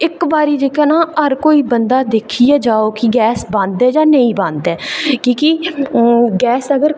इक बारी जेह्का ना हर कोई बंदा ना दिक्खियै जाओ कि गैस बंद ऐ जां नेईं बंद ऐ की के गैस अगर